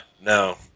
no